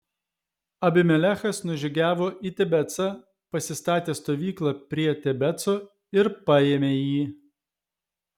abimelechas nužygiavo į tebecą pasistatė stovyklą prie tebeco ir paėmė jį